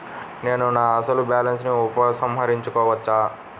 నేను నా అసలు బాలన్స్ ని ఉపసంహరించుకోవచ్చా?